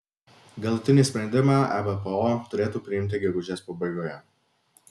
galutinį sprendimą ebpo turėtų priimti gegužės pabaigoje